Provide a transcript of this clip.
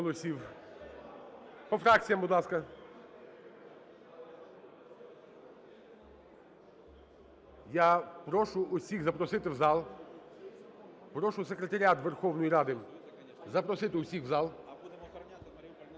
Я прошу всіх запросити в зал. Прошу Секретаріат Верховної Ради запросити всіх в зал.